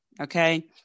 Okay